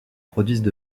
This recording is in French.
produisent